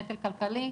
נטל כלכלי,